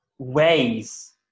ways